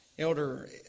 Elder